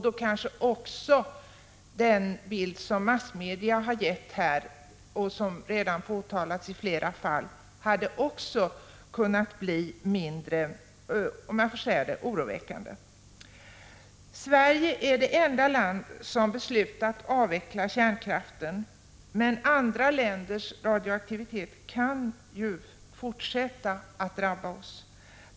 Då kanske också den bild som massmedia har gett — vilket redan har påpekats flera gånger — hade kunnat bli mindre oroväckande, om jag så får säga. Sverige är det enda land som beslutat avveckla kärnkraften, men andra länders radioaktivitet kan ju fortsätta att drabba oss.